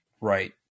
Right